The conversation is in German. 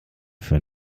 für